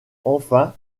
enfin